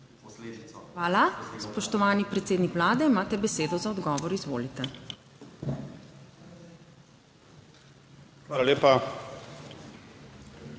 lepa. Spoštovani predsednik Vlade, imate besedo za odgovor, izvolite. **DR.